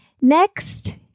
Next